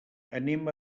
anem